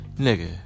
Nigga